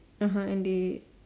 (uh huh) and they